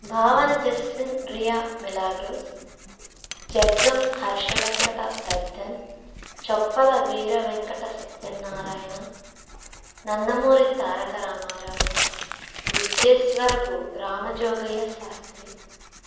భావన జెర్స్లిన్ ప్రియా మిలాంగ్రోస్ జగ్గం హర్ష వెంకట వర్ధన్ చొప్పల వీర వెంకట సత్యన్నారాయణ నందమూరి తారకరామారావు విజ్జేస్వరపు రామజోగయ్య శాస్త్రి